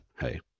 hey